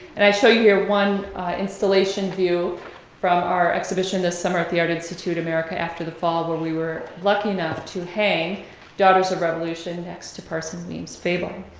and i show you here one instillation view from our exhibition this summer at the art institute, america after the fall. we were lucky enough to hang daughters of revolution next to parson weems' fable.